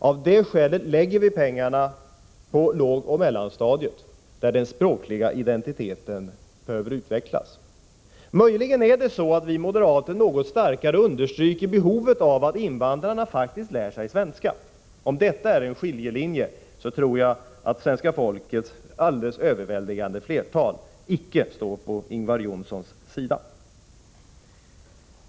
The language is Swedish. Av det skälet lägger vi pengarna på lågoch mellanstadiet, där den språkliga identiteten behöver utvecklas. Möjligen är det så att vi moderater något starkare understryker behovet av att invandrarna faktiskt lär sig svenska. Om detta är en skiljelinje tror jag att svenska folkets alldeles överväldigande flertal står på vår, snarare än på Ingvar Johnssons sida.